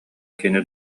кини